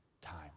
time